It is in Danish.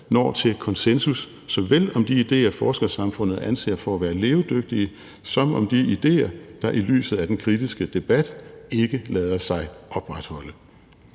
når til konsensus om såvel de idéer, forskersamfundet anser for at være levedygtige, som om de idéer, der i lyset af den kritiske debat ikke lader sig opretholde.